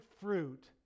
fruit